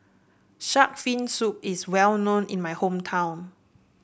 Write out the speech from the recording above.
shark fin soup is well known in my hometown